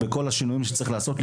או בכל השינויים שצריכים לעשות,